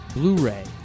Blu-ray